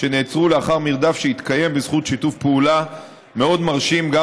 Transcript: שנעצרו לאחר מרדף שהתקיים בזכות שיתוף פעולה מאוד מרשים גם